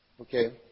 Okay